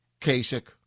Kasich